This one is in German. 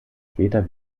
später